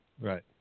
Right